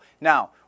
Now